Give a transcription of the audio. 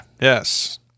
Yes